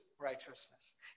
righteousness